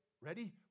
Ready